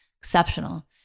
exceptional